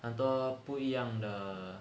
很多不一样的